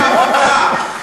הוא ממפלגת העבודה.